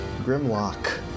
grimlock